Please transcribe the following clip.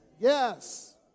Yes